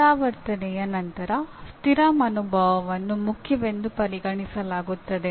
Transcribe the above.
ಪುನರಾವರ್ತನೆಯ ನಂತರ ಸ್ಥಿರ ಮನೋಭಾವವನ್ನು ಮುಖ್ಯವೆಂದು ಪರಿಗಣಿಸಲಾಗುತ್ತದೆ